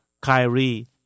Kyrie